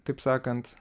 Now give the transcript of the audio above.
taip sakant